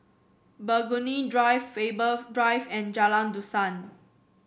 Burgundy Drive Faber Drive and Jalan Dusan